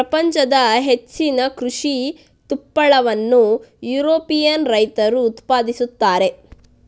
ಪ್ರಪಂಚದ ಹೆಚ್ಚಿನ ಕೃಷಿ ತುಪ್ಪಳವನ್ನು ಯುರೋಪಿಯನ್ ರೈತರು ಉತ್ಪಾದಿಸುತ್ತಾರೆ